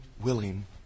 willing